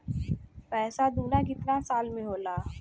पैसा दूना कितना साल मे होला?